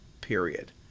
period